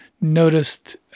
noticed